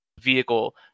vehicle